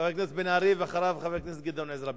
חבר הכנסת בן-ארי, ואחריו, חבר הכנסת גדעון עזרא.